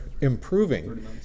improving